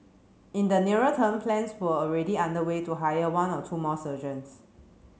in the nearer term plans were already underway to hire one or two more surgeons